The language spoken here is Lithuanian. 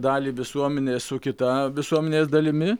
dalį visuomenės su kita visuomenės dalimi